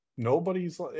nobody's